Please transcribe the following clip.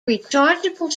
rechargeable